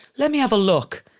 let me have a look.